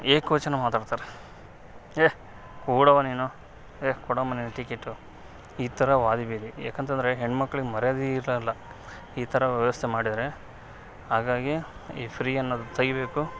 ಎಕವಚನ ಮಾತಾಡ್ತಾರೆ ಏ ಕೂಡವಾ ನೀನು ಏ ಕೊಡಮ್ಮ ನೀ ಟಿಕೇಟು ಈ ಥರ ವಾರಿ ಬಿರಿ ಏಕೆಂತಂದ್ರೆ ಹೆಣ್ಮಕ್ಳಿಗೆ ಮರ್ಯಾದೆ ಇರೋಲ್ಲ ಈ ಥರ ವ್ಯವಸ್ಥೆ ಮಾಡಿದ್ದಾರೆ ಹಾಗಾಗಿ ಈ ಫ್ರೀ ಅನ್ನೋದು ತೆಗಿಬೇಕು